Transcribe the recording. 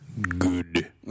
good